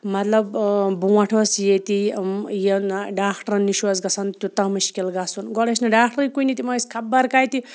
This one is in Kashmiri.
مطلب بروںٛٹھ ٲس ییٚتہِ یہِ نہ ڈاکٹرَن نِش اوس گژھان تیوٗتاہ مُشکل گژھُن گۄڈٕ ٲسۍ نہٕ ڈاکٹرٕے کُنہِ تِم ٲسۍ خبر کَتہِ